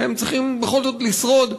הם צריכים בכל זאת לשרוד.